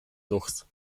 luchs